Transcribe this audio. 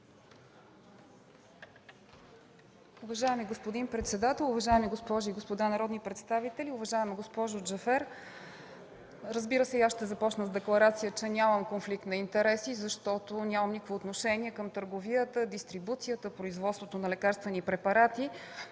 Уважаеми господин председател, уважаеми госпожи и господа народни представители, уважаема госпожо Джафер! Разбира се, и аз ще започна с декларация, че нямам конфликт на интереси, защото нямам никакво отношение към търговията, дистрибуцията и производството на лекарствени препарати.